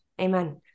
amen